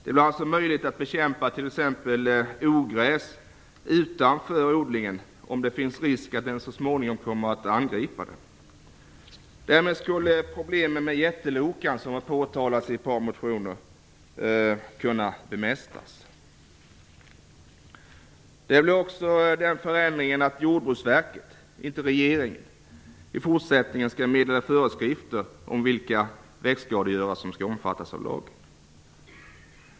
Det blir alltså möjligt att bekämpa t.ex. ogräs utanför odlingen, om det finns risk att de så småningom kommer att angripa odlingen. Därmed skulle problemen med jättelokar, som påtalats i ett par motioner, kunna bemästras. Det blir också den förändringen att Jordbruksverket, inte regeringen, i fortsättningen skall meddela föreskrifter om vilka växtskadegörare som skall omfattas av lagen.